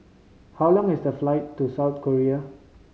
how long is the flight to South Korea